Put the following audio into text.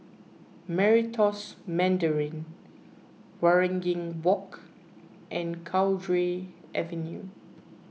Meritus Mandarin Waringin Walk and Cowdray Avenue